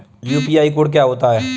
UPI code क्या होता है?